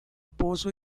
pozo